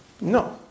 No